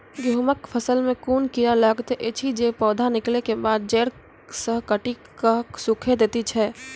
गेहूँमक फसल मे कून कीड़ा लागतै ऐछि जे पौधा निकलै केबाद जैर सऽ काटि कऽ सूखे दैति छै?